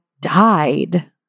died